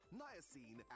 niacin